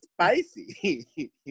spicy